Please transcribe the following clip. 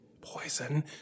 poison